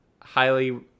highly